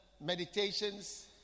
meditations